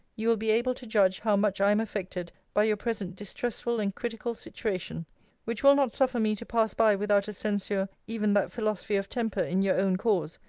you will be able to judge how much i am affected by your present distressful and critical situation which will not suffer me to pass by without a censure even that philosophy of temper in your own cause,